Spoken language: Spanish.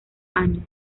años